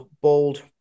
bold